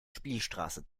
spielstraße